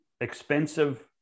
expensive